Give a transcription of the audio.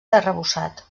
arrebossat